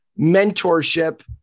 mentorship